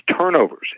turnovers